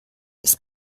ist